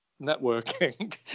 networking